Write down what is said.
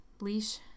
Leash